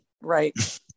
Right